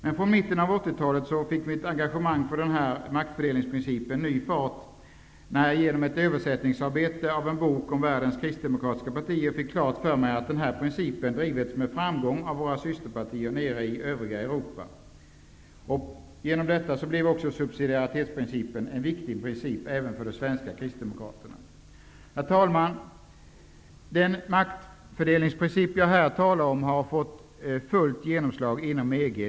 Men från mitten av 80-talet fick mitt engagemang för denna maktfördelningsprincip ny fart, när jag genom arbetet med översättningen av en bok om världens kristdemokratiska partier fick klart för mig att denna princip drivits med framgång av våra systerpartier nere i övriga Europa. Genom detta blev subsidiaritetsprincipen en viktig princip även för de svenska kristdemokraterna. Herr talman! Den maktfördelningsprincip jag här talar om har fått fullt genomslag inom EG.